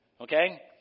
Okay